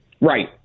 Right